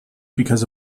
because